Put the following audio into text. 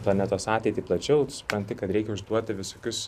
planetos ateitį plačiau tu supranti kad reikia užduoti visokius